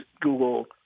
Google